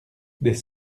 des